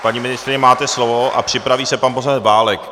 Paní ministryně, máte slovo a připraví se pan poslanec Válek.